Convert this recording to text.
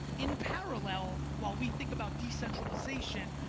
in parallel, while we think about decentralization,